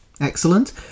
Excellent